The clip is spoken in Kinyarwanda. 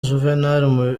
juvenal